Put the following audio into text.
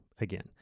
again